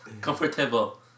Comfortable